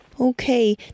Okay